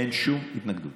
אין שום התנגדות.